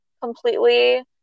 completely